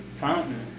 fountain